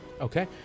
Okay